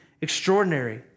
extraordinary